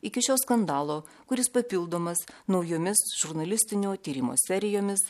iki šio skandalo kuris papildomas naujomis žurnalistinio tyrimo serijomis